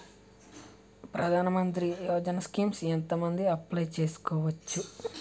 ప్రధాన మంత్రి యోజన స్కీమ్స్ ఎంత మంది అప్లయ్ చేసుకోవచ్చు?